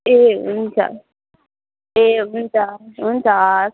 ए हुन्छ ए हुन्छ हुन्छ हस्